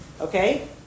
Okay